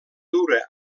dura